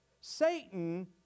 Satan